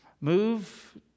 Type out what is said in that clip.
move